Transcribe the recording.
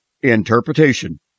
interpretation